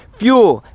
fuel,